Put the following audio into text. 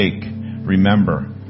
remember